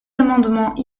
amendements